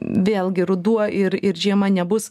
vėlgi ruduo ir ir žiema nebus